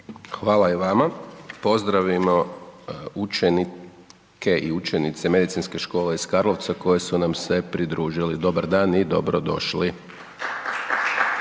Hvala i vama. Pozdravimo učenike i učenice Medicinske škole iz Karlovca koji su nam se pridružili, dobar dan i dobrodošli./Pljesak./